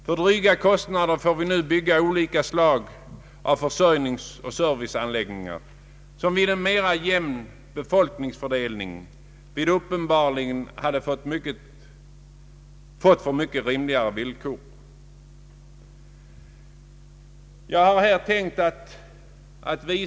För dryga kostnader får vi nu bygga olika slag av försörjningsoch serviceanläggningar som vi vid en mera jämn befolkningsfördelning uppenbarligen hade fått på mycket rimligare villkor.